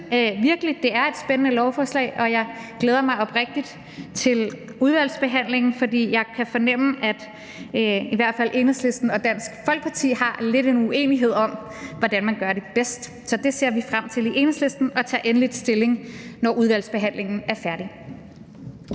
virkelig, det er et spændende lovforslag, og jeg glæder mig oprigtigt til udvalgsbehandlingen, for jeg kan fornemme, at i hvert fald Enhedslisten og Dansk Folkeparti lidt har en uenighed om, hvordan man gør det bedst. Så det ser vi frem til i Enhedslisten, og vi vil tage endelig stilling, når udvalgsbehandlingen er færdig.